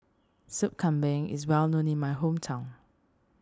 Sup Kambing is well known in my hometown